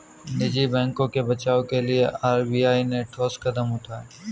निजी बैंकों के बचाव के लिए आर.बी.आई ने ठोस कदम उठाए